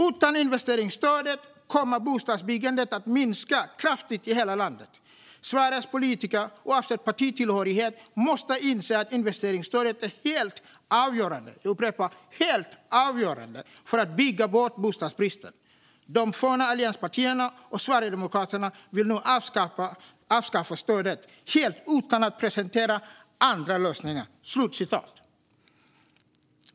"Utan investeringsstödet kommer bostadsbyggandet att minska kraftigt i hela landet. - Sveriges politiker, oavsett partitillhörighet, måste inse att investeringsstödet är helt avgörande för att bygga bort bostadsbristen. - De forna allianspartierna och Sverigedemokraterna - vill nu avskaffa stödet. Helt utan att presentera andra lösningar."